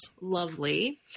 lovely